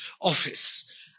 office